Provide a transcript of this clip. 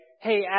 hey